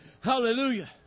Hallelujah